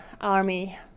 army